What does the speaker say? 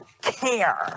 care